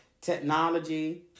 technology